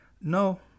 No